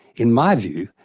in my view,